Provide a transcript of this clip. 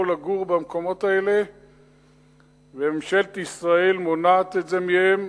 לגור במקומות האלה וממשלת ישראל מונעת את זה מהם,